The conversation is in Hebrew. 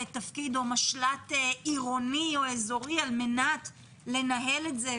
למשל"ט עירוני או אזורי על מנת לנהל את זה,